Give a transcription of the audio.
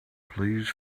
please